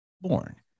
born